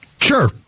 Sure